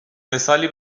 مثالی